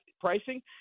pricing